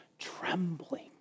trembling